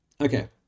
Okay